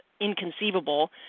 inconceivable